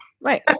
Right